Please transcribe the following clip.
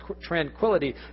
tranquility